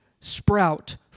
sprout